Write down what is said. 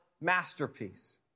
masterpiece